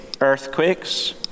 earthquakes